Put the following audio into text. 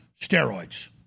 steroids